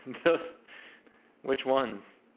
from philips which ones,